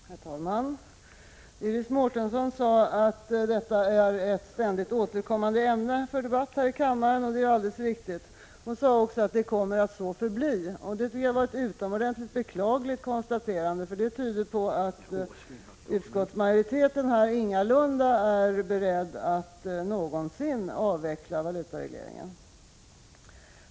Herr talman! Iris Mårtensson sade att detta är ett ständigt återkommande ämne för debatt här i kammaren, och det är alldeles riktigt. Hon sade också att det kommer att så förbli. Det tycker jag var ett utomordentligt beklagligt konstaterande, för det tyder på att utskottsmajoriteten ingalunda är beredd att någonsin avveckla valutaregleringen.